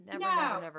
no